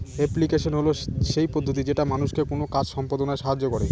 application হল সেই পদ্ধতি যেটা মানুষকে কোনো কাজ সম্পদনায় সাহায্য করে